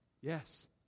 Yes